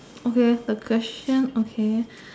okay the question okay